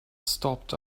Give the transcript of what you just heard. stopped